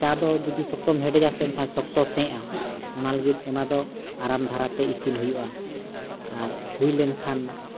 ᱪᱟ ᱫᱚ ᱡᱩᱫᱤ ᱥᱚᱠᱛᱚᱢ ᱦᱮᱰᱮᱡᱟ ᱥᱮ ᱮᱱᱠᱷᱟᱱ ᱥᱚᱠᱛᱚ ᱥᱮᱜᱼᱟ ᱚᱱᱟ ᱞᱟᱹᱜᱤᱫ ᱚᱱᱟ ᱫᱚ ᱟᱨᱟᱢ ᱫᱷᱟᱨᱟᱛᱮ ᱤᱥᱤᱱ ᱦᱩᱭᱩᱜᱼᱟ ᱟᱨ ᱦᱩᱭᱞᱮᱱ ᱠᱷᱟᱱ